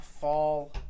fall